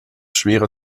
schwerer